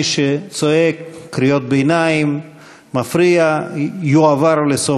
מי שצועק קריאות ביניים ומפריע יועבר לסוף